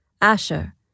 Asher